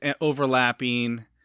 overlapping